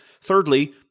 Thirdly